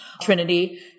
Trinity